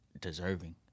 deserving